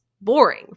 Boring